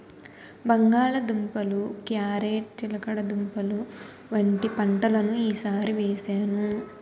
బంగాళ దుంపలు, క్యారేట్ చిలకడదుంపలు వంటి పంటలను ఈ సారి వేసాను